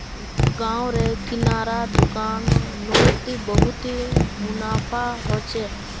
गांव र किराना दुकान नोत बहुत मुनाफा हो छे